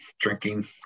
drinking